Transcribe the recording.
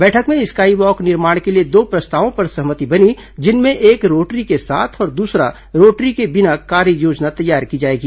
बैठक में sky walk निर्माण के लिए दो प्रस्तावों पर सहमति बनी जिसमें एक रोटरी के साथ और दूसरा रोटरी के बिना कार्ययोजना तैयार की जाएगी